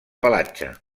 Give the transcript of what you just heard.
pelatge